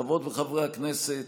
חברות וחברי הכנסת,